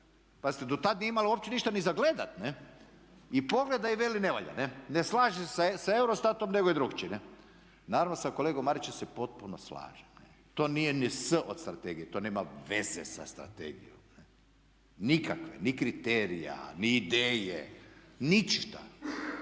Pazite, do tad nije imala uopće ništa ni za gledat, ne? I pogleda i veli ne valja, ne, ne slaže se sa EUROSTAT-om nego je drukčije. Naravno sa kolegom Marićem se potpuno slažem. To nije ni "s" od strategije, to nema veze sa strategijom nikakve ni kriterija, ni ideje, ništa!